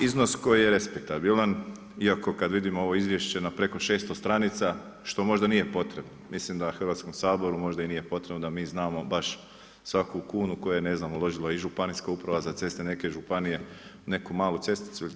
Iznos koji je respektabilan, iako kad vidimo ovo izvješće na preko 600 stranica što možda nije potrebno mislim da Hrvatskom saboru možda i nije potrebno da mi znamo baš svaku kunu koju je uložila i Županijska uprava za ceste, neke županije u neku malu cesticu ili itd.